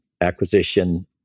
acquisition